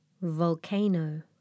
Volcano